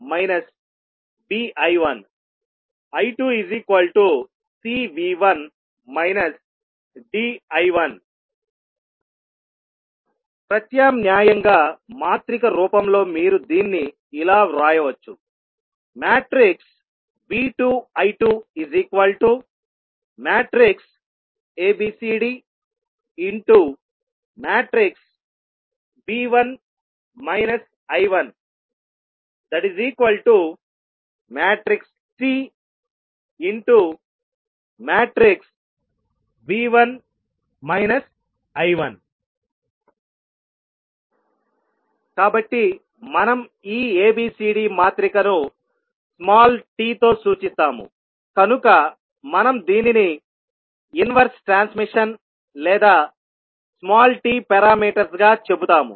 V2aV1 bI1 I2cV1 dI1 ప్రత్యామ్నాయంగా మాత్రిక రూపంలో మీరు దీన్ని ఇలా వ్రాయవచ్చు V2 I2 a b c d V1 I1 tV1 I1 కాబట్టి మనం ఈ abcd మాత్రికను స్మాల్ t తో సూచిస్తాము కనుక మనం దీనిని ఇన్వర్స్ ట్రాన్స్మిషన్ లేదా స్మాల్ t పారామీటర్స్ గా చెబుతాము